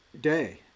day